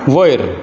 वयर